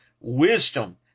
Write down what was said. wisdom